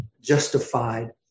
justified